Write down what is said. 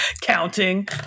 Counting